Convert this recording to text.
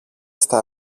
στα